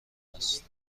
است